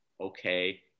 okay